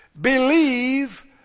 believe